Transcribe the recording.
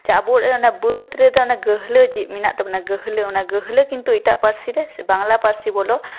ᱟᱵᱚᱣᱟᱜ ᱨᱮᱱᱟᱜ ᱚᱱᱟ ᱵᱟᱹᱫ ᱨᱮᱫᱚ ᱚᱱᱟ ᱜᱟᱹᱦᱞᱟᱹ ᱢᱮᱱᱟᱜ ᱛᱟᱵᱚᱱᱟ ᱚᱱᱟ ᱜᱟᱹᱦᱞᱟᱹ ᱠᱤᱱᱛᱩ ᱮᱴᱟᱜ ᱯᱟᱹᱨᱥᱤ ᱨᱮ ᱵᱟᱝᱞᱟ ᱯᱟᱹᱨᱥᱤ ᱵᱚᱞᱚ